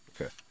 okay